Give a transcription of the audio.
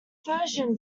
version